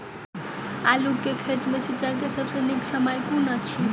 आलु केँ खेत मे सिंचाई केँ सबसँ नीक समय कुन अछि?